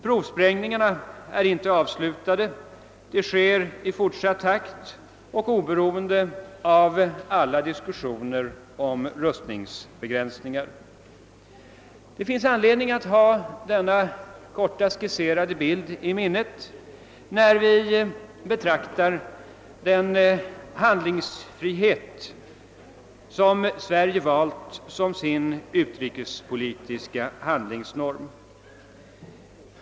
Provsprängningarna är inte avslutade utan genomförs i oförminskad takt och oberoende av alla diskussioner om rustningsbegränsningar. Det finns anledning att ha denna kort skisserade bild i minnet när vi betraktar den handlingsfrihet som Sverige valt som sin utrikespolitiska handlingsnorm.